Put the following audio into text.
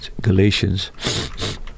Galatians